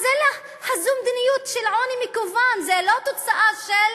אז זו מדיניות של עוני מכוון, זו לא תוצאה של